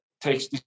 takes